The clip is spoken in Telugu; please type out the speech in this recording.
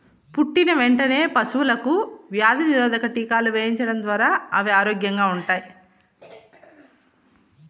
పుట్టిన వెంటనే పశువులకు వ్యాధి నిరోధక టీకాలు వేయించడం ద్వారా అవి ఆరోగ్యంగా ఉంటాయి